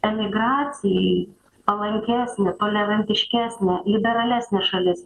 emigracijai palankesnė tolerantiškesnė liberalesnė šalis